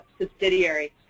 subsidiary